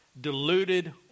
deluded